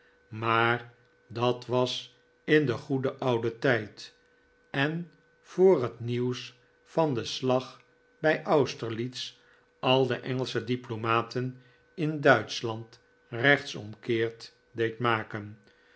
maar dat was in den goeden ouden tijd en voor het nieuws van den slag bij austerlitz al de engelsche diplomaten in duitschland rechtsomkeert deed maken